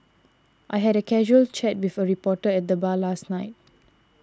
I had a casual chat with a reporter at the bar last night